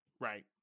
Right